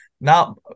now